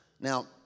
Now